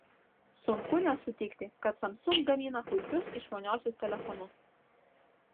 sunku nesutikti kad samsung gamina puikius išmaniuosius telefonus